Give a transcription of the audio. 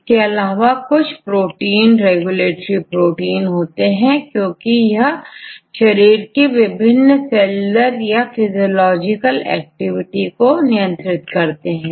इसके अलावा कुछ प्रोटीन रेगुलेटरी प्रोटीन होते हैं क्योंकि यह शरीर की विभिन्न सेल्यूलर या फिजियोलॉजिकल एक्टिविटी को नियंत्रित करते हैं